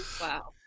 Wow